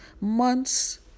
months